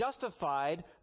justified